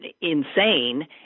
insane